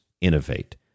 innovate